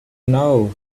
know